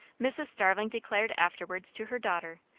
mrs. starling declared afterwards to her daughter,